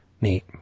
Neat